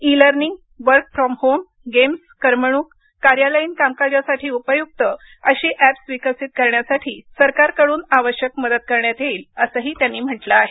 E learning work from home games करमणूक कार्यालयीन कामकाजासाठी उपयुक्त अशी एप्स विकसित करण्यासाठी सरकारकडून आवश्यक मदत करण्यात येईल असंही त्यांनी म्हटलं आहे